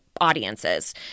audiences